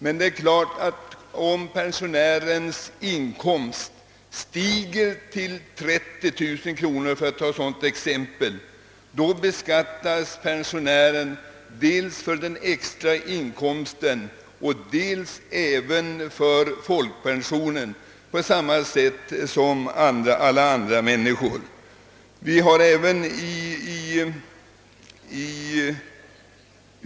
Men det är klart att om pensionärens inkomst stiger till 30 000 kronor — för att ta det exemplet — så beskattas han dels för den extra inkomsten, dels för folkpensionen, på samma sätt som alla andra människor beskattas för hela sin inkomst.